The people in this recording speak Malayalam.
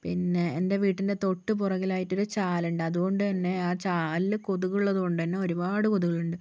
പിന്നെ എൻ്റെ വീട്ടിൻ്റെ തൊട്ടു പുറകിലായിട്ടൊരു ചാൽ ഉണ്ട് അതുകൊണ്ടുതന്നെ ആ ചാലിൽ കൊതുക് ഉള്ളതുകൊണ്ടുതന്നെ ഒരുപാട് കൊതുകുകളുണ്ട്